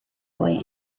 boy